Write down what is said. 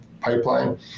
pipeline